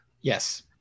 Yes